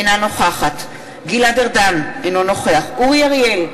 אינה נוכחת גלעד ארדן, אינו נוכח אורי אריאל,